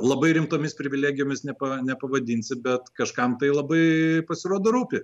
labai rimtomis privilegijomis nepa nepavadinsi bet kažkam tai labai pasirodo rūpi